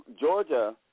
Georgia